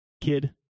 kid